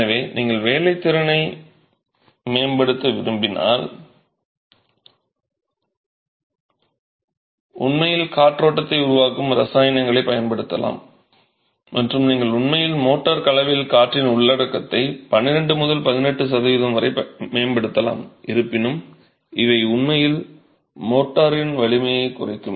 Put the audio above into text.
எனவே நீங்கள் வேலைத்திறனை மேம்படுத்த விரும்பினால்உண்மையில் காற்றோட்டத்தை உருவாக்கும் இரசாயனங்களைப் பயன்படுத்தலாம் மற்றும் நீங்கள் உண்மையில் மோர்டார் கலவையில் காற்றின் உள்ளடக்கத்தை 12 முதல் 18 சதவீதம் வரை மேம்படுத்தலாம் இருப்பினும் இவை உண்மையில் மோர்டாரின் வலிமையைக் குறைக்கும்